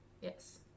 Yes